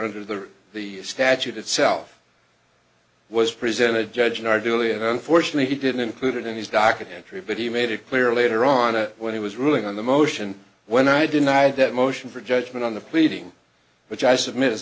under the the statute itself was presented judge in our duly and unfortunately he didn't include it in his documentary but he made it clear later on to when he was ruling on the motion when i denied that motion for judgment on the pleading which i submit i